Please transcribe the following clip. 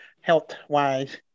health-wise